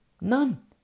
None